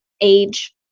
age